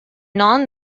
non